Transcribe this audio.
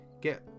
Get